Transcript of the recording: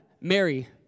Mary